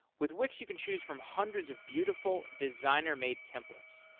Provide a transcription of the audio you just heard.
with wix you can choose from hundreds of beautiful, designer-made templates.